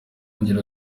ngero